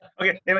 Okay